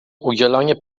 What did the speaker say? udzielanie